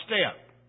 step